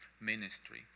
ministry